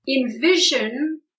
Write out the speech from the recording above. Envision